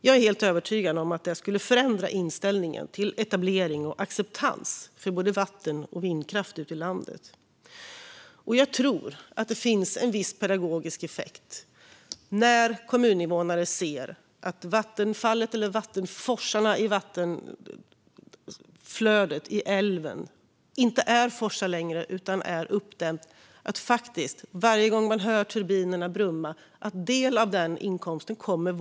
Jag är helt övertygad om att det skulle förändra inställningen till etablering och acceptans för både vatten och vindkraft ute i landet. Jag tror att det vore en pedagogisk vinst att kommuninvånare ser att en del av inkomsten kommer kommunen till godo när forsen i älven är uppdämd och turbinerna brummar.